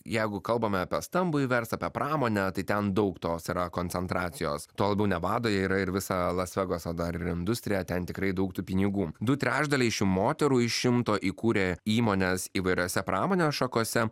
jeigu kalbame apie stambųjį verslą apie pramonę tai ten daug tos yra koncentracijos tuo labiau nevadoje yra ir visa las vegaso dar industrija ten tikrai daug tų pinigų du trečdaliai šių moterų iš šimto įkūrė įmones įvairiose pramonės šakose